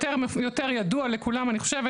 יותר ידוע לכולם אני חושבת,